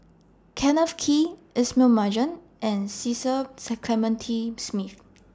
Kenneth Kee Ismail Marjan and Cecil Clementi Smith